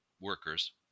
workers